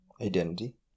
identity